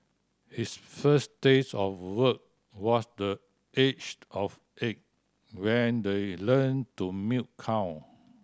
his first taste of work was the age of eight when the learned to milk cow